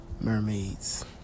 Mermaids